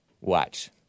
Watch